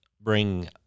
bring